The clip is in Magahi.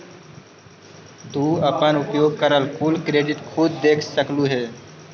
तू अपन उपयोग करल कुल क्रेडिट खुद देख सकलू हे